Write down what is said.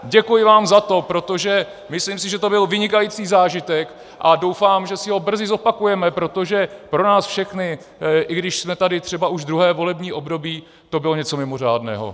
Děkuji vám za to, protože si myslím, že to byl vynikající zážitek, a doufám, že si ho brzy zopakujeme, protože pro nás všechny, i když jsme tady třeba už druhé volební období, to bylo něco mimořádného.